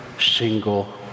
single